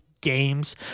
games